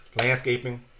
landscaping